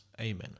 Amen